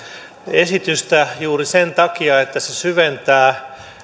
esitystä juuri sen takia että se syventää